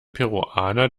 peruaner